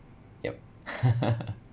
yup